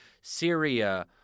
Syria